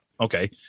okay